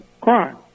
crime